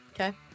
okay